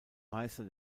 meister